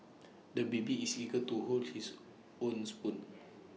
the baby is eager to hold his own spoon